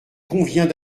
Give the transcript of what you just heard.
convient